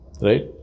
Right